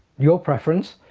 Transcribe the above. your preference,